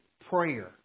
prayer